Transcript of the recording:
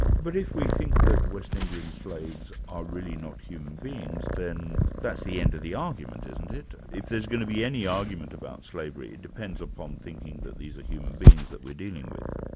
but if we think that west indian slaves are really not human beings, then that's the end of the argument, isn't it? if there's going to be any argument about slavery, it depends upon thinking that these are human beings that we're dealing with.